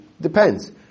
Depends